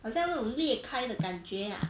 好像那种裂开的感觉 ah